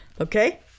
okay